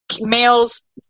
Males